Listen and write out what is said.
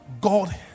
God